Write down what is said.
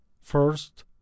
First